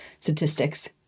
statistics